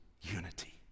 unity